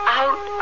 out